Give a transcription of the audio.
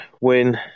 win